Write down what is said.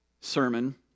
sermon—